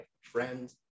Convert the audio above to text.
friends